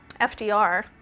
FDR